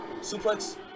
suplex